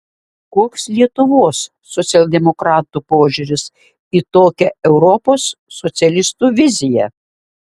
koks lietuvos socialdemokratų požiūris į tokią europos socialistų viziją